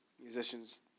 musicians